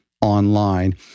online